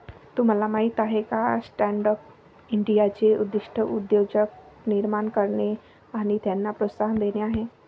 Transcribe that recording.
तुम्हाला माहीत आहे का स्टँडअप इंडियाचे उद्दिष्ट उद्योजक निर्माण करणे आणि त्यांना प्रोत्साहन देणे आहे